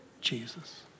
Jesus